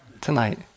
tonight